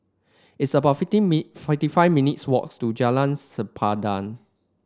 it's about fifty fifty five minutes' walk to Jalan Sempadan